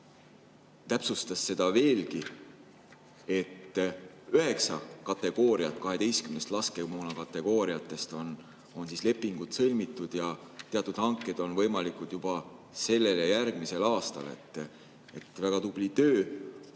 täpsustas seda veelgi: üheksa kategooria osas 12 laskemoonakategooriast on lepingud sõlmitud ja teatud hanked on võimalikud juba sellel ja järgmisel aastal. Väga tubli töö.